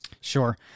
Sure